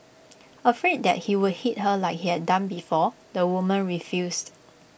afraid that he would hit her like he had done before the woman refused